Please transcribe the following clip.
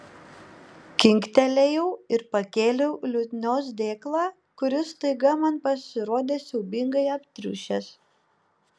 kinktelėjau ir pakėliau liutnios dėklą kuris staiga man pasirodė siaubingai aptriušęs